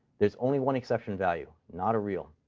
there's only one exception value not a real.